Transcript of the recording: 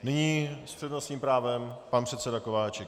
Nyní s přednostním právem pan předseda Kováčik.